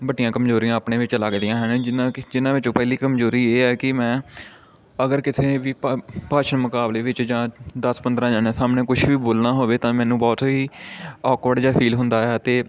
ਵੱਡੀਆਂ ਕਮਜ਼ੋਰੀਆਂ ਆਪਣੇ ਵਿੱਚ ਲੱਗਦੀਆਂ ਹਨ ਜਿਨ੍ਹਾਂ ਕਿ ਜਿਨ੍ਹਾਂ ਵਿੱਚੋਂ ਪਹਿਲੀ ਕਮਜ਼ੋਰੀ ਇਹ ਹੈ ਕਿ ਮੈਂ ਅਗਰ ਕਿਸੇ ਵੀ ਭਾ ਭਾਸ਼ਣ ਮੁਕਾਬਲੇ ਵਿੱਚ ਜਾਂ ਦਸ ਪੰਦਰਾਂ ਜਣੇ ਸਾਹਮਣੇ ਕੁਛ ਵੀ ਬੋਲਣਾ ਹੋਵੇ ਤਾਂ ਮੈਨੂੰ ਬਹੁਤ ਹੀ ਔਕਵਰਡ ਜਿਹਾ ਫੀਲ ਹੁੰਦਾ ਆ ਅਤੇ